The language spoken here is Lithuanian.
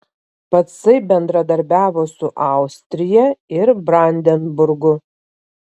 pacai bendradarbiavo su austrija ir brandenburgu